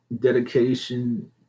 dedication